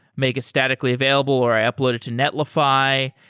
make it statically available or i upload it to netlify,